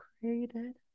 created